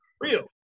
real